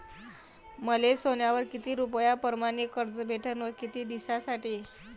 मले सोन्यावर किती रुपया परमाने कर्ज भेटन व किती दिसासाठी?